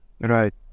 Right